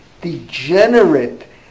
degenerate